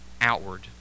outward